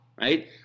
right